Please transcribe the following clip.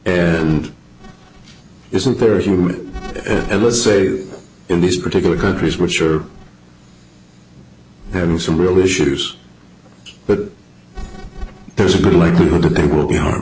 and isn't there isn't it let's say in these particular countries which are having some real issues but there's a good likelihood that they will be har